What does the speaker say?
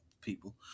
people